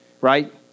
right